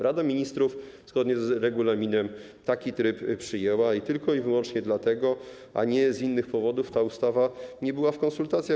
Rada Ministrów zgodnie z regulaminem taki tryb przyjęła i tylko i wyłącznie dlatego, a nie z innych powodów ta ustawa nie była w konsultacjach.